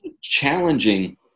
challenging